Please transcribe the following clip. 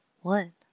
one